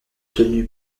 tenue